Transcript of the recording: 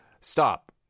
Stop